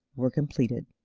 were completed.